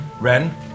Ren